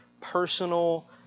personal